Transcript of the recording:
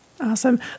Awesome